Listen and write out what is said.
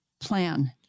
plan